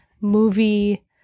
movie